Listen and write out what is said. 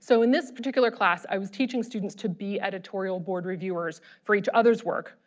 so in this particular class i was teaching students to be editorial board reviewers for each other's work